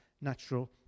natural